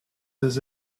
his